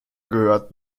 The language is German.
gehört